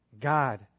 God